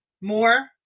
more